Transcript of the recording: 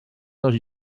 dos